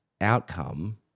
outcome